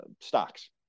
stocks